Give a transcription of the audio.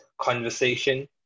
conversation